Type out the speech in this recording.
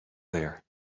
there